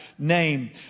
name